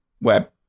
web